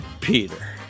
Peter